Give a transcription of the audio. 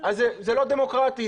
זה לא דמוקרטי,